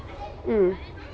mm